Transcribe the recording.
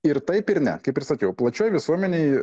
ir taip ir ne kaip ir sakiau plačioj visuomenėj